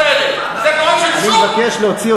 אני קורא,